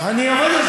אני אתמוך בך.